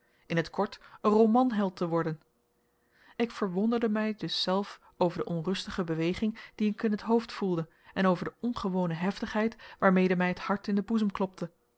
in t kort een romanheld te worden ik verwonderde mij dus zelf over de onrustige beweging die ik in het hoofd voelde en over de ongewone heftigheid waarmede mij het hart in den boezem klopte